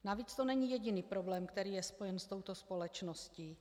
Navíc to není jediný problém, který je spojen s touto společností.